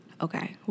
Okay